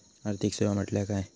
आर्थिक सेवा म्हटल्या काय?